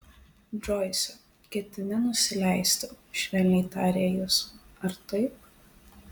džoise ketini nusileisti švelniai tarė jis ar taip